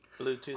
bluetooth